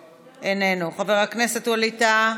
איננו, חבר הכנסת ווליד טאהא,